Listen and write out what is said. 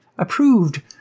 approved